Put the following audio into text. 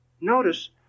Notice